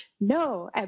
No